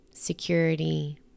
security